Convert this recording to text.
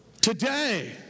today